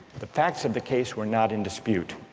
the facts of the case were not in dispute,